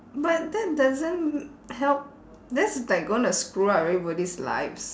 but that doesn't m~ help that's like gonna screw up everybody's lives